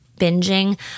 binging